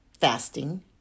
fasting